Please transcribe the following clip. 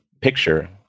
picture